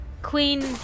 Queen